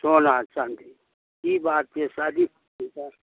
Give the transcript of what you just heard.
सोना चाँदी की बात छियै शादी छियै घरपर